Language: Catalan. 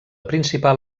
principal